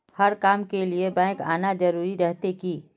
हर काम के लिए बैंक आना जरूरी रहते की?